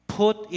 put